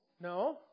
No